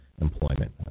employment